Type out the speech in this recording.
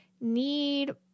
need